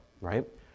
right